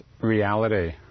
reality